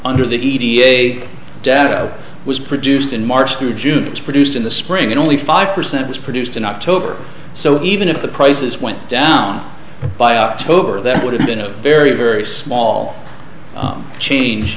under the e p a data was produced in march through june was produced in the spring and only five percent was produced in october so even if the prices went down by october that would have been a very very small change